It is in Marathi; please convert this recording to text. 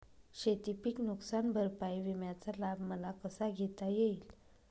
शेतीपीक नुकसान भरपाई विम्याचा लाभ मला कसा घेता येईल?